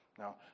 Now